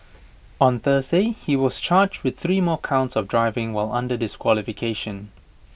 on Thursday he was charged with three more counts of driving while under disqualification